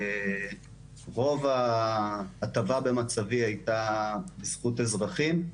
רוב ההטבה במצבי הייתה בזכות אזרחים.